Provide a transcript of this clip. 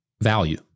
value